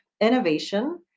innovation